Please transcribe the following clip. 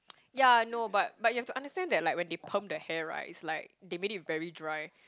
ya no but but you have to understand that like when they perm the hair right it's like they made it very dry